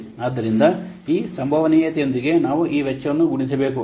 ಆದ್ದರಿಂದ ಈ ಸಂಭವನೀಯತೆಯೊಂದಿಗೆ ನಾವು ಈ ವೆಚ್ಚವನ್ನು ಗುಣಿಸಬೇಕು